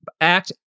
act